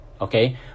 okay